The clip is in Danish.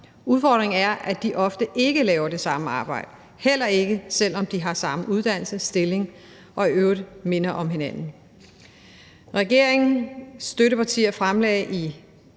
Udfordringen er, at de ofte ikke laver det samme arbejde, heller ikke selv om de har samme uddannelse, stilling, og i øvrigt minder om hinanden. Regeringens støttepartier fremsatte